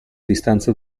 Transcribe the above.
distanza